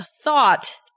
thought